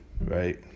right